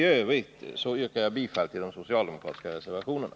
I övrigt yrkar jag bifall till de socialdemokratiska reservationerna.